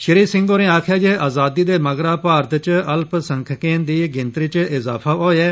श्री सिंह होरें आक्खेआ जे अजादी दे मगरा भारत च अल्पसंख्यकें दी गिनतरी च इजाफा होआ ऐ